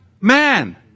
man